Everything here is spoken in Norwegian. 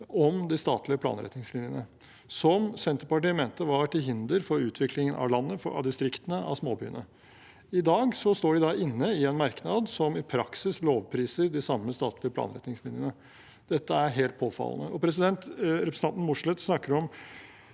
om de statlige planretningslinjene, som Senterpartiet mente var til hinder for utviklingen av landet, av distriktene og av småbyene. I dag står de inne i en merknad som i praksis lovpriser de samme statlige planretningslinjene. Dette er helt påfallende. Representanten Mossleth snakker om